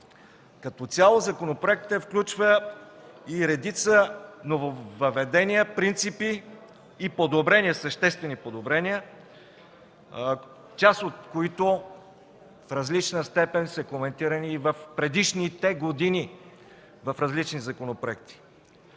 Като цяло законопроектът включва и редица нововъдения, принципи и съществени подобрения, част от които в различна степен са коментирани в предишните години в различни законопроекти.